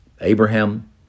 Abraham